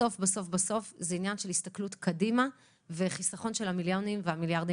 בסוף זה עניין של הסתכלות קדימה וחיסכון של הכסף קדימה.